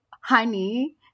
honey